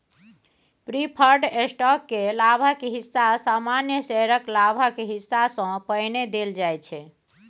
preferred stock केर लाभक हिस्सा सामान्य शेयरक लाभक हिस्सा सँ पहिने देल जाइ छै